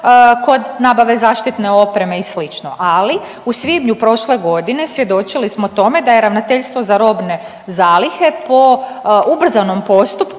kod nabave zaštitne opreme i slično, ali u svibnju prošle godine svjedočili smo tome da je Ravnateljstvo za robne zalihe po ubrzanom postupku